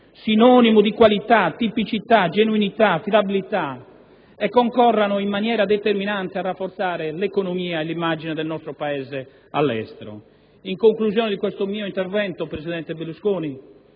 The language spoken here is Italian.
sinonimo di qualità, tipicità, genuinità, affidabilità e concorrano in maniera determinante a rafforzare l'economia e l'immagine del nostro Paese all'estero. In conclusione di questo mio intervento, presidente Berlusconi,